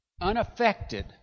unaffected